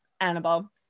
Annabelle